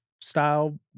style